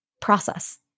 process